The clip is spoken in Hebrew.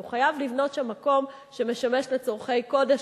הוא חייב לבנות שם מקום שמשמש לצורכי קודש,